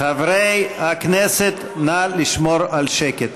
חברי הכנסת, נא לשמור על שקט.